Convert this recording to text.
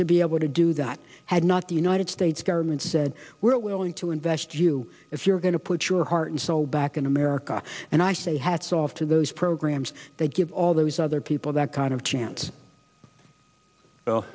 to be able to do that had not the united states government said we're willing to invest you if you're going to put your heart and soul back in america and i say hats off to those programs that give all those other people that kind of chance